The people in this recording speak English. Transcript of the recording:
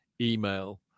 email